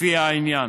לפי העניין,